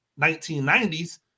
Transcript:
1990s